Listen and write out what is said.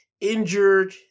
injured